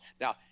Now